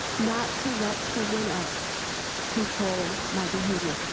not to let someone else control my behavior.